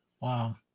wow